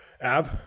ab